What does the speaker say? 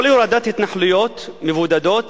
לא להורדת התנחלויות מבודדות,